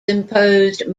imposed